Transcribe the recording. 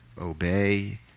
obey